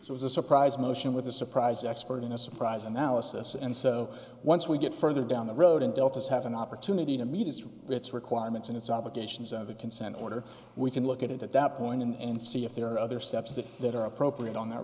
hearing it was a surprise motion with a surprise expert in a surprise analysis and so once we get further down the road and deltas have an opportunity to meet as its requirements and its obligations of the consent order we can look at it at that point and see if there are other steps that that are appropriate on that